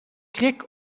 krik